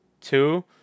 two